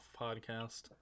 podcast